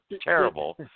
terrible